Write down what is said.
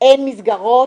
ואין מסגרות,